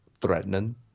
Threatening